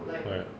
why